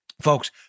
Folks